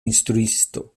instruisto